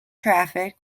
traffic